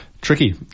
Tricky